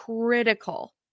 critical